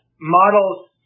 models